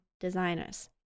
designers